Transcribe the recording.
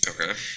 Okay